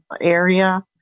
area